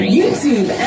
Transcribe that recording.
YouTube